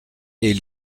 est